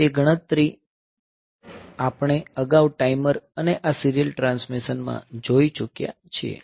તે ગણતરી આપણે અગાઉ ટાઈમર અને આ સીરીયલ ટ્રાન્સમિશન માં જોઈ ચૂક્યા છીએ